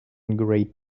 great